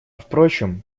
впрочем